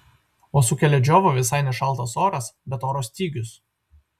o sukelia džiovą visai ne šaltas oras bet oro stygius